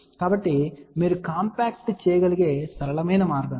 కాబట్టి మీరు కాంపాక్ట్ చేయగలిగే సరళమైన మార్గం ఇది